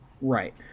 right